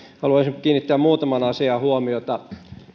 haluaisin kiinnittää muutamaan asiaan huomiota